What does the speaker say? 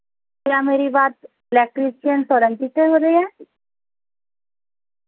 کیا میری بات الیکٹریشین سولنکی سے ہو رہی ہیں